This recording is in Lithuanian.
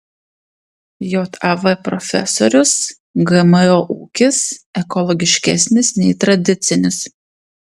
jav profesorius gmo ūkis ekologiškesnis nei tradicinis